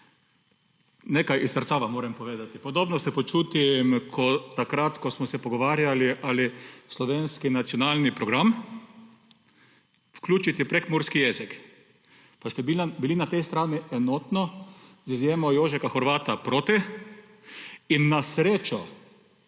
Nekaj iz srca vam moram povedati. Podobno se počutim kot takrat, ko smo se pogovarjali, ali v slovenski nacionalni program vključiti prekmurski jezik. Pa ste bili na tej strani enotno, z izjemo Jožefa Horvata, proti. Seveda